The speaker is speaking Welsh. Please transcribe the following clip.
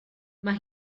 mae